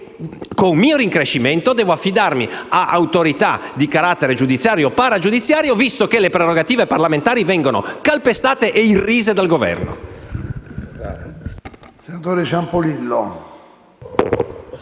con mio rincrescimento devo affidare ad autorità di carattere giudiziario o paragiudiziario, visto che le prerogative parlamentari vengono calpestate e irrise dal Governo.